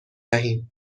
دهیم